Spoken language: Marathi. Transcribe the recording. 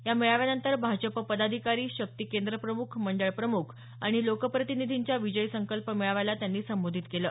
या मेळाव्यानंतर भाजप पदाधिकारी शक्ती केंद्र प्रमुख मंडळ प्रमुख आणि लोकप्रतिनिधींच्या विजयी संकल्प मेळाव्याला त्यांनी संबोधित केलं